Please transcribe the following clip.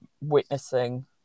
witnessing